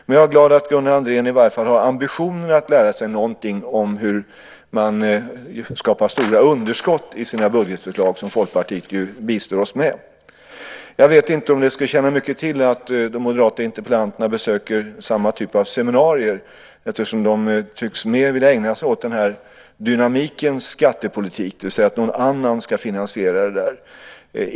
Men jag är glad att Gunnar Andrén i varje fall har ambitionen att lära sig någonting om hur man skapar stora underskott i sina budgetförslag som Folkpartiet bistår oss med. Jag vet inte om det skulle tjäna mycket till att de moderata interpellanterna besöker samma typ av seminarier, eftersom de tycks mer vilja ägna sig åt dynamikens skattepolitik, det vill säga att någon annan ska finansiera det där.